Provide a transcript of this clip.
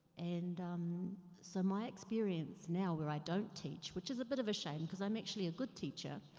and so my experience now, where i don't teach which is a bit of a shame, because i'm actually a good teacher,